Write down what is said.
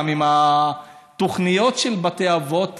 עם התוכניות של בתי אבות,